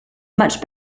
much